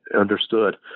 understood